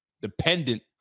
dependent